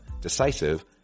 decisive